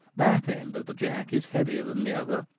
that end of the jack is heavier than the other,